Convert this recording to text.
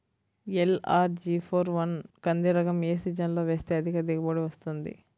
LRG four one కంది రకం ఏ సీజన్లో వేస్తె అధిక దిగుబడి వస్తుంది?